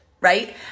right